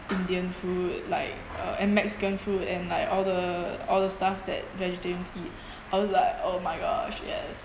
indian food like uh and mexican food and like all the all the stuff that vegetarians eat I was like oh my gosh yes